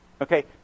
Okay